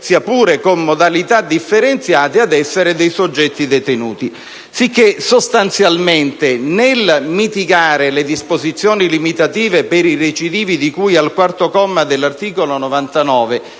sia pure con modalità differenziate, ad essere soggetti detenuti. Sostanzialmente, quindi, nel mitigare le disposizioni limitative per i recidivi di cui al quarto comma dell'articolo 99,